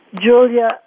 Julia